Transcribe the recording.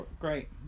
great